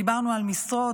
דיברנו על משרות,